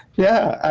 yeah,